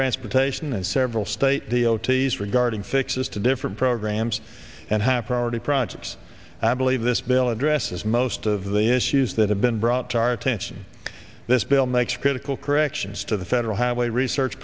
transportation and several state the ots regarding fixes to different programs and have priority projects and i believe this bill addresses most of the issues that have been brought to our attention this bill makes critical corrections to the federal highway research